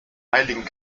heiligen